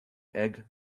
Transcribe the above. egg